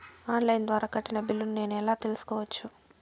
On line ద్వారా కట్టిన బిల్లును నేను ఎలా తెలుసుకోవచ్చు?